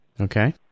Okay